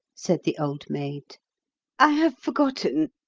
said the old maid i have forgotten.